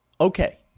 Okay